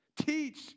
Teach